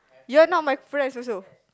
you all not my friends also